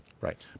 Right